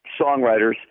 songwriters